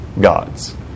gods